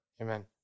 amen